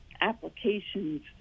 applications